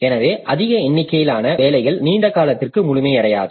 எனவே அதிக எண்ணிக்கையிலான வேலைகள் நீண்ட காலத்திற்கு முழுமையடையாது